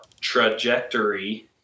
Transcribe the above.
trajectory